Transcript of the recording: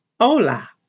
hola